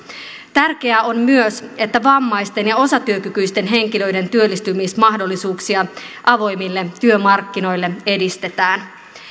tärkeää on myös että vammaisten ja osatyökykyisten henkilöiden työllistymismahdollisuuksia avoimille työmarkkinoille edistetään